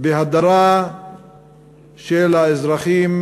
בהדרה של האזרחים